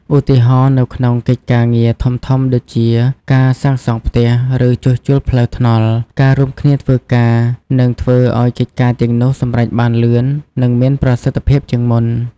ឧទាហរណ៍ នៅក្នុងកិច្ចការងារធំៗដូចជាការសាងសង់ផ្ទះ ឬជួសជុលផ្លូវថ្នល់ ការរួមគ្នាធ្វើការនឹងធ្វើឱ្យកិច្ចការទាំងនោះសម្រេចបានលឿន និងមានប្រសិទ្ធភាពជាងមុន។